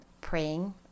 praying